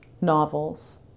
novels